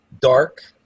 Dark